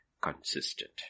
consistent